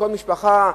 כל משפחה,